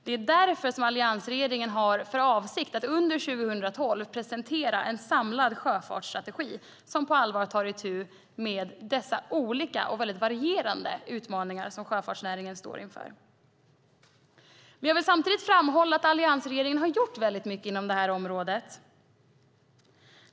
Det är därför som alliansregeringen har för avsikt att under 2012 presentera en samlad sjöfartsstrategi som på allvar tar itu med de olika och varierande utmaningar som sjöfartsnäringen står inför. Jag vill samtidigt framhålla att alliansregeringen har gjort väldigt mycket på det här området.